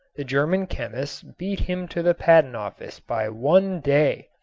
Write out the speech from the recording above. the german chemists beat him to the patent office by one day!